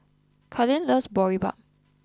Karlene loves Boribap